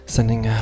Sending